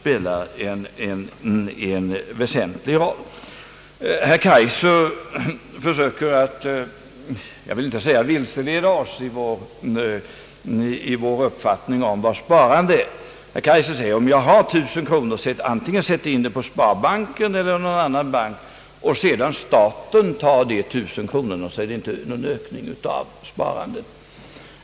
Herr Kaijser försöker, jag vill inte säga vilseleda oss i vår uppfattning om vad sparande är, men han säger: om jag har 1000 kronor och sätter in dem i sparbanken eller någon annan bank och staten sedan tar de 1000 kronorna så betyder inte det någon ökning av sparandet.